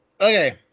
Okay